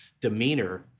demeanor